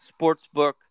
Sportsbook